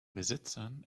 besitzern